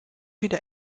wieder